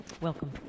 Welcome